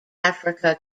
africa